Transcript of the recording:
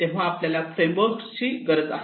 तेव्हा आपल्याला फ्रेमवर्क ची गरज आहे